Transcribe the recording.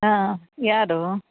ಹಾಂ ಯಾರು